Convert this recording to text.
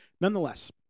Nonetheless